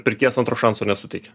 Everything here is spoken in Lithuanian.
pirkėjas antro šanso nesuteikia